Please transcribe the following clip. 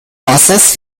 wassers